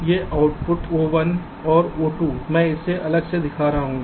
तो यह output O1 और O2 मैं इसे अलग से दिखा रहा हूं